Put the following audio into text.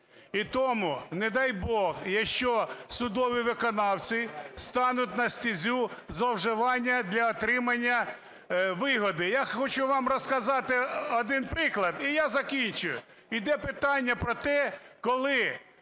І тому, не дай Бог, ще судові виконавці стануть на стезю зловживання для отримання вигоди. Я хочу вам розказати один приклад, і я закінчу. Йде питання про те, коли